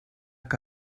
que